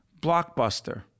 Blockbuster